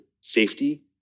safety